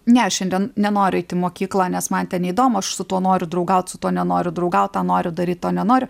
ne aš šiandien nenoriu eiti į mokyklą nes man ten neįdomu aš su tuo noriu draugaut su tuo nenoriu draugaut tą noriu daryt to nenoriu